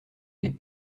les